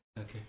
Okay